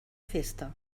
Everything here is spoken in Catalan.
festa